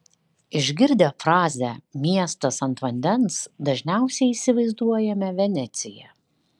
išgirdę frazę miestas ant vandens dažniausiai įsivaizduojame veneciją